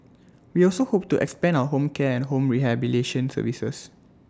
we also hope to expand our home care and home rehabilitation services